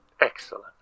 Excellent